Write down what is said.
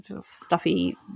stuffy